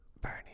Bernie